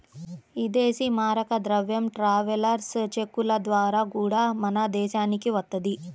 ఇదేశీ మారక ద్రవ్యం ట్రావెలర్స్ చెక్కుల ద్వారా గూడా మన దేశానికి వత్తది